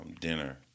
dinner